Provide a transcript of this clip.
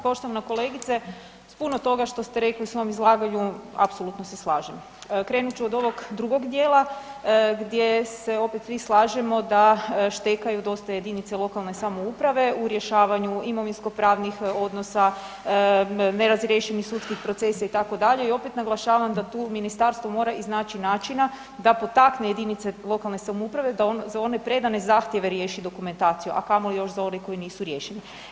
Poštovana kolegice, s puno toga što ste rekli u svom izlaganju apsolutno se slažem, krenut ću odo ovog drugog djela, gdje se opet svi slažemo da štekaju dosta jedinice lokalne samouprave u rješavanju imovinsko-pravnih odnosa, nerazriješenih sudskih procesa itd., i opet naglašavam da tu ministarstvo mora iznaći načina da potakne jedinice lokalne samouprave da one predane zahtjeve riješi i dokumentaciju a kamoli još za one koji nisu riješeni.